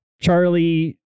Charlie